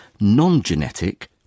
non-genetic